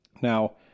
Now